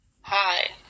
Hi